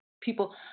people